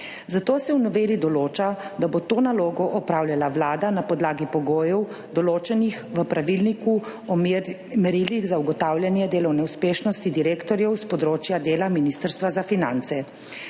Zato se v noveli določa, da bo to nalogo opravljala Vlada na podlagi pogojev, določenih v pravilniku o merilih za ugotavljanje delovne uspešnosti direktorjev s področja dela Ministrstva za finance.